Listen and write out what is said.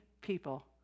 people